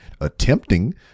attempting